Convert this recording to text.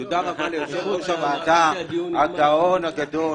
תודה רבה ליושב ראש הוועדה הגאון הגדול,